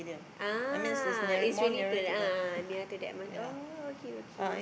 ah it's really to the ah ah ah near to the M_R_T oh okay okay